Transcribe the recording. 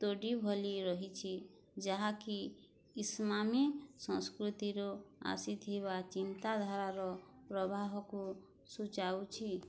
ତୋଡ଼ି ଭଲି ରହିଛି ଯାହାକି ଇସ୍ମାମୀ ସଂସ୍କୃତିରୁ ଆସିଥିବା ଚିନ୍ତାଧାରାର ପ୍ରବାହକୁ ସୂଚାଉଛି